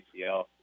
ACL